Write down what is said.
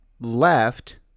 left